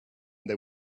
they